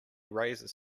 raises